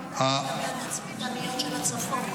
לא ענית לי לגבי התצפיתניות של הצפון.